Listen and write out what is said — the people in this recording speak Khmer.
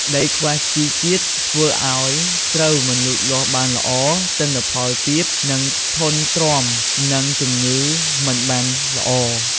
ដីខ្វះជីជាតិធ្វើឱ្យស្រូវមិនលូតលាស់បានល្អ ទិន្នផលទាប និងធន់ទ្រាំនឹងជំងឺមិនបានល្អ។